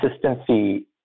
consistency